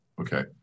okay